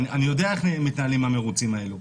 אני יודע איך מתנהלים המרוצים האלו.